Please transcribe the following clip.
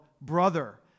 brother